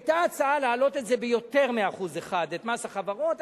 היתה הצעה להעלות ביותר מ-1% את מס החברות,